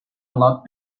lot